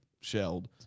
shelled